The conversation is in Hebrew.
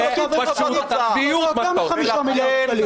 ואתם תגיעו לאותה תוצאה.